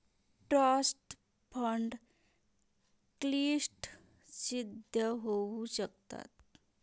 trust fund क्लिष्ट सिद्ध होऊ शकतात